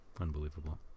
Unbelievable